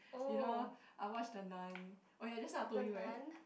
you know I watched the Nun oh ya just now I told you right